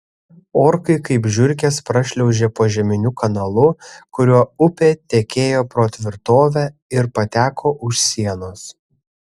orkai kaip žiurkės prašliaužė požeminiu kanalu kuriuo upė tekėjo pro tvirtovę ir pateko už sienos